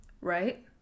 right